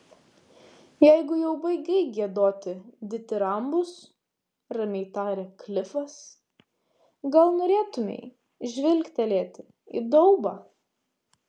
jeigu jau baigei giedoti ditirambus ramiai tarė klifas gal norėtumei žvilgtelėti į daubą